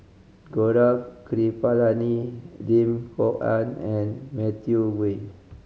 Gaurav Kripalani Lim Kok Ann and Matthew Ngui